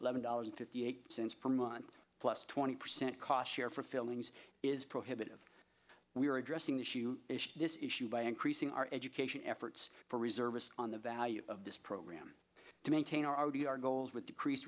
eleven dollars fifty eight cents per month plus twenty percent cost share for fillings is prohibitive we are addressing the issue this issue by increasing our education efforts for reservist on the value of this program to maintain our the our goals with decrease